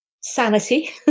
Sanity